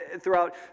throughout